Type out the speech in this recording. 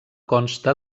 consta